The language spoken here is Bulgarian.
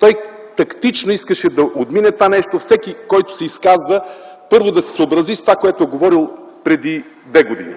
Той тактично искаше да отмине това нещо - всеки, който се изказва, първо да се съобрази с това, което е говорил преди две години.